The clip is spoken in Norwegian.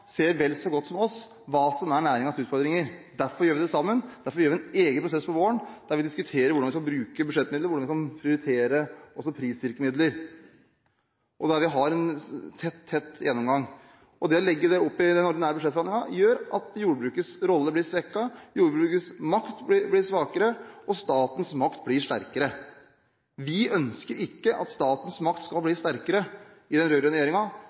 ser vel så godt som oss hva som er næringens utfordringer. Derfor gjør vi det sammen. Derfor gjør vi det i en egen prosess på våren, der vi diskuterer hvordan vi skal bruke budsjettmidlene, hvordan vi kan prioritere også prisvirkemidler, og der vi har en tett gjennomgang. Det å legge det til den ordinære budsjettbehandlingen gjør at jordbrukets rolle blir svekket – jordbrukets makt blir svakere, og statens makt blir sterkere. Vi i den rød-grønne regjeringen ønsker ikke at statens makt skal